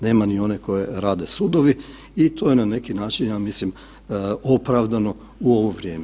Nema ni one koje rade sudovi i to je na neki način, ja mislim opravdano u ovo vrijeme.